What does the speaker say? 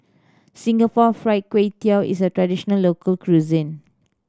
Singapore Fried Kway Tiao is a traditional local cuisine